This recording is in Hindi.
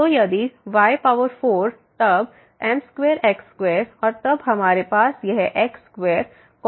तो यदि y4 तब m2x2 और तब हमारे पास यह x2 कॉमन हो सकता है